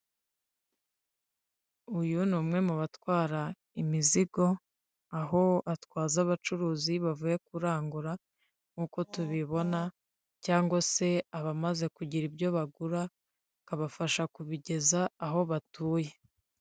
Uyu ni umwe mu batwara imizigo aho atwaza abacuruzi bavuye kurangura nkuko tubibona cyangwa se abamaze kugira ibyo bagura akabafasha kubigeza aho batuye.